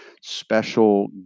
special